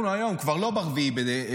אנחנו היום כבר לא ב-4 בנובמבר.